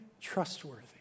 trustworthy